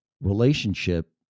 relationship